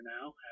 now